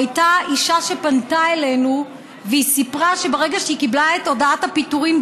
הייתה אישה שפנתה אלינו והיא סיפרה שברגע שהיא קיבלה את הודעת הפיטורים,